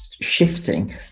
shifting